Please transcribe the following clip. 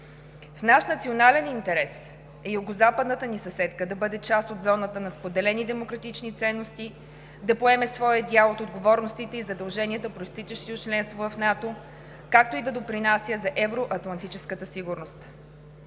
В наш национален интерес е югозападната ни съседка да бъде част от зоната на споделени демократични ценности, да поеме своя дял от отговорностите и задълженията, произтичащи от членството в НАТО, както и да допринася за евроатлантическата сигурност.